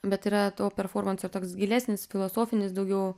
bet yra to performanso ir toks gilesnis filosofinis daugiau